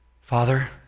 Father